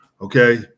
Okay